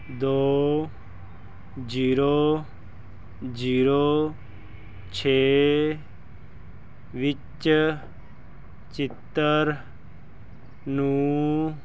ਦੋ zero zero ਛੇ ਵਿਚ ਚਿੱਤਰ ਨੂੰ